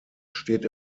steht